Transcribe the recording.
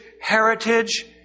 heritage